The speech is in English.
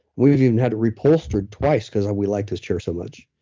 we've even had to re-upholster it twice because we like this chair so much.